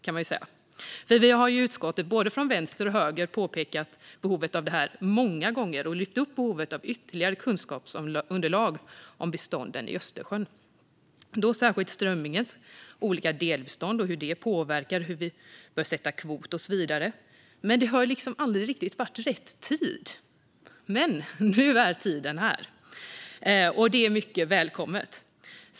I utskottet har vi, från både vänster och höger, pekat på behovet av detta många gånger och lyft upp behovet av ytterligare kunskapsunderlag om bestånden i Östersjön, särskilt strömmingens olika delbestånd och hur det påverkar hur kvot bör sättas och så vidare. Men det har liksom aldrig varit rätt tid. Men nu är tiden här, och det är mycket välkommet.